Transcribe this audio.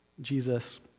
Jesus